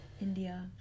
India